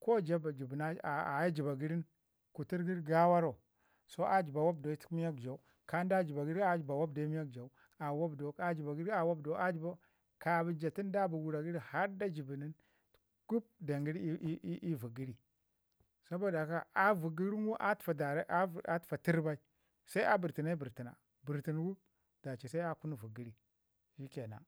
ko jaa jib na aye həba gərin kutir gəri gawa ro so a jəba wapdau ii miyak jaau ka nda jəba gərin a wapdau a jəba wapdau ii miyak jaau a jəba gərin a wapdau a jəpau kabən jaa tun da bi wura gəri har da jəbi nin, gub den gəri "ii ii" vək gəri. Sobo da haka a vək guru ngum a tufa dirik a tufa tərr bai se a bərtine bərtina, bərtinu nin da ci se a kunu vək gəri shikke nan.